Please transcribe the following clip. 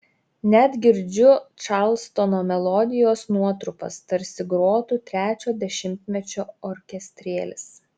net girdžiu čarlstono melodijos nuotrupas tarsi grotų trečio dešimtmečio orkestrėlis